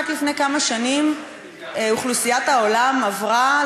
רק לפני כמה שנים אוכלוסיית העולם עברה,